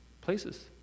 places